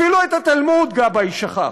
אפילו את התלמוד גבאי שכח,